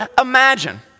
imagine